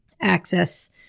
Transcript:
access